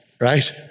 right